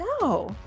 No